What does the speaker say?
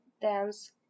dance